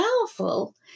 powerful